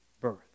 birth